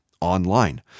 online